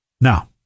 Now